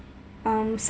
um